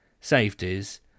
safeties